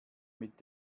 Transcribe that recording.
mit